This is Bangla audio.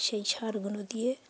সেই সারগুলো দিয়ে